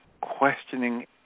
questioning